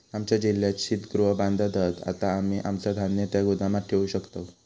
आमच्या जिल्ह्यात शीतगृह बांधत हत, आता आम्ही आमचा धान्य त्या गोदामात ठेवू शकतव